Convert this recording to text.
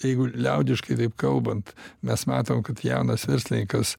jeigu liaudiškai taip kalbant mes matom kad jaunas verslinikas